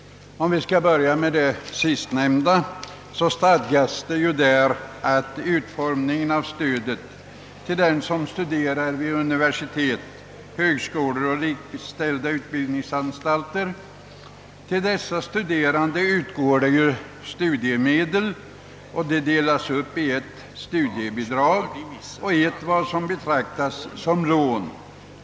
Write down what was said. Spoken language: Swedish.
I den sistnämnda stadgas hur stödet till dem som studerar vid universitet, högskolor och likställda utbildningsanstalter skall vara utformat. De studiemedel som utgår till denna kategori består av två delar: den ena delen utgör studiebidrag, den andra betraktas som lån.